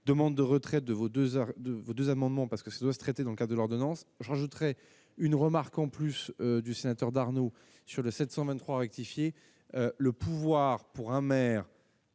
demande de retrait de vos 2 heures de vos 2 amendements parce que ces hausses traiter dans le cas de l'ordonnance j'en ajouterai une remarque, en plus du sénateur Darnaud sur le 723 rectifié le pouvoir pour un maire